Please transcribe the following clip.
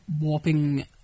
warping